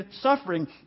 suffering